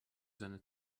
seine